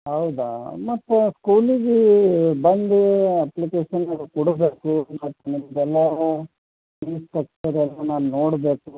ಹೌದಾ ಮತ್ತೆ ಸ್ಕೂಲಿಗೆ ಬಂದು ಅಪ್ಲಿಕೇಶನ್ ಎಲ್ಲ ಕೊಡಬೇಕು ಮತ್ತು ನಿನ್ನದೆಲ್ಲ ಫೀಸ್ ಕಟ್ಟದೋ ಇಲ್ವೋ ನಾನು ನೋಡಬೇಕು